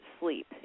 sleep